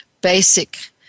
basic